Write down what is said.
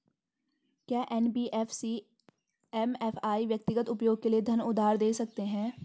क्या NBFC MFI व्यक्तिगत उपयोग के लिए धन उधार दें सकते हैं?